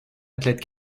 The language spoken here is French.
athlète